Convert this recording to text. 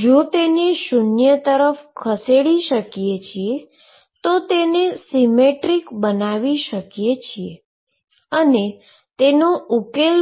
જો તેને શુન્ય તરફ ખસેડી શકીએ તો તેને સીમેટ્રીક બનાવી શકીએ છીએ અને તેનો ઉકેલ